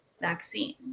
vaccine